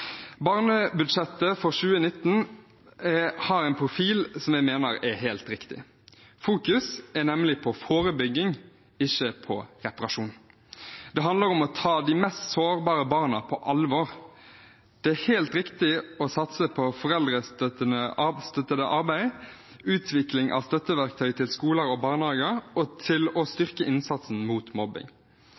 Barnebudsjettet for 2019 har en profil som jeg mener er helt riktig. Fokus er nemlig på forebygging, ikke på reparasjon. Det handler om å ta de mest sårbare barna på alvor. Det er helt riktig å satse på foreldrestøttende arbeid, utvikling av støtteverktøy til skoler og barnehager og å styrke innsatsen mot mobbing.